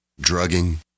drugging